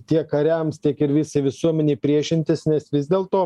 tiek kariams tiek ir visai visuomenei priešintis nes vis dėl to